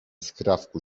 skrawku